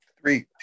Three